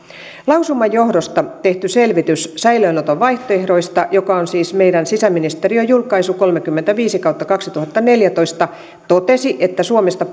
lausuman johdosta tehty selvitys säilöönoton vaihtoehdoista joka on siis meidän sisäministeriön julkaisu kolmekymmentäviisi kautta kaksituhattaneljätoista totesi että suomesta